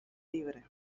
libre